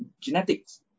genetics